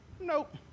Nope